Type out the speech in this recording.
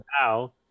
now